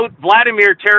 Vladimir